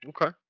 okay